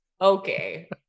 Okay